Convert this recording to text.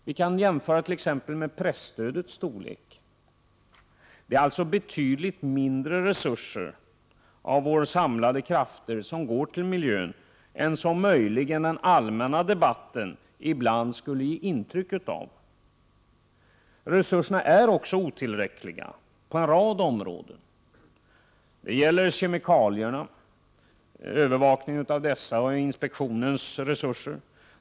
Vi kan exempelvis jämföra den med presstödets storlek. Det är alltså betydligt mindre resurser av våra samlade krafter som går till miljön än vad man ibland får intryck av från den allmänna debatten. Resurserna är också otillräckliga på en rad områden. Det gäller övervakningen av användning av kemikalier och kemikalieinspektionens resurser.